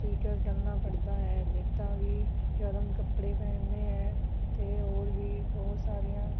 cheater ਕਰਨਾ ਪੜਦਾ ਹੈ ਜਿੱਦਾਂ ਵੀ ਗਰਮ ਕੱਪੜੇ ਪਹਿਨਣੇ ਹੈ ਅਤੇ ਔਰ ਵੀ ਬਹੁਤ ਸਾਰੀਆਂ